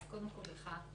אז קודם כול לך,